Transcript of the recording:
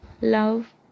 love